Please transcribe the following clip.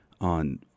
on